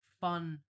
fun